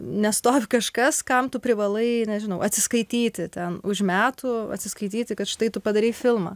nestovi kažkas kam tu privalai nežinau atsiskaityti ten už metų atsiskaityti kad štai tu padarei filmą